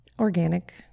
organic